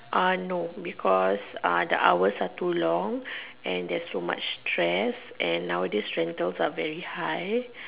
uh no because uh the hours are too long and there's too much trash and nowadays rental are very high